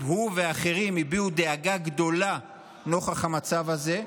הוא ואחרים הביעו דאגה גדולה נוכח המצב הזה,